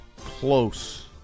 close